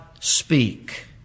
speak